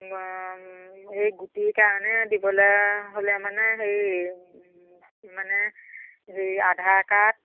এই গুটিৰ কাৰণে দিবলৈ হ'লে মানে হেৰি মানে হেৰি আধাৰ কাৰ্ড